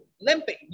limping